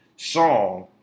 Song